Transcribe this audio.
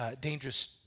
dangerous